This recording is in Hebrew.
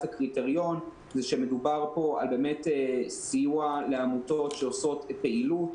שמדובר פה בסיוע לעמותות שעושות פעילות.